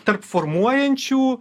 tarp formuojančių